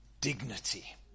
dignity